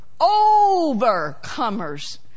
overcomers